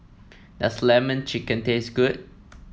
does lemon chicken taste good